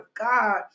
God